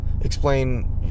explain